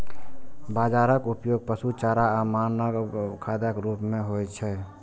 बाजराक उपयोग पशु चारा आ मानव खाद्यक रूप मे होइ छै